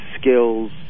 skills